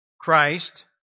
Christ